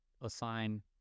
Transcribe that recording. assign